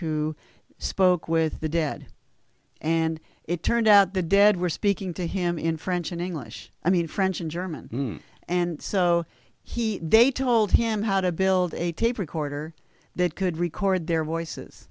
who spoke with the dead and it turned out the dead were speaking to him in french and english i mean french and german and so he they told him how to build aid tape recorder that could record their voices